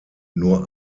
nur